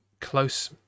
close